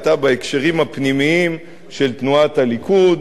היתה בהקשרים הפנימיים של תנועת הליכוד.